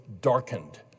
darkened